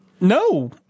No